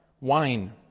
wine